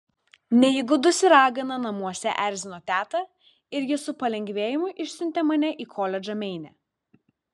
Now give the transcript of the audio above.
neįgudusi ragana namuose erzino tetą ir ji su palengvėjimu išsiuntė mane į koledžą meine